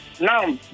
Now